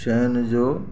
शयुनि जो